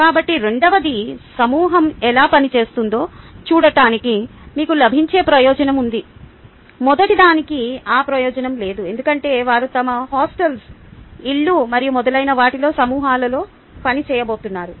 కాబట్టి రెండవది సమూహం ఎలా పనిచేస్తుందో చూడటానికి మీకు లభించే ప్రయోజనం ఉంది మొదటిదానికి ఆ ప్రయోజనం లేదు ఎందుకంటే వారు తమ హాస్టల్స్ ఇళ్ళు మరియు మొదలైన వాటిలో సమూహాలలో పని చేయబోతున్నారు